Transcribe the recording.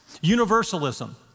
Universalism